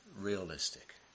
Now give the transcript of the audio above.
realistic